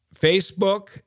Facebook